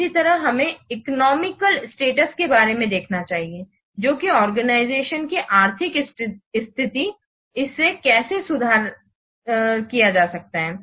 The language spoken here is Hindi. इसी तरह हमें इकोनोमिकल स्टेटस के बारे में देखना चाहिए जो कि आर्गेनाइजेशन की आर्थिक स्थिति है इसे कैसे सुधार किया जा सकता है